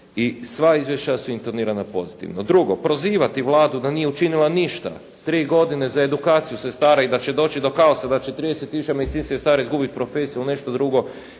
i sva izvješća su intonirana pozitivno. Drugo, prozivati Vladu da nije učinila ništa tri godine za edukaciju sestara i da će doći do kaosa da će 30 tisuća medicinskih sestara izgubiti profesiju ili nešto drugo,